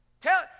Tell